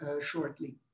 shortly